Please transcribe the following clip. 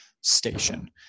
station